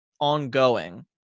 ongoing